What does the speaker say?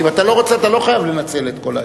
אם אתה לא רוצה אתה לא חייב לנצל את כל ה-10.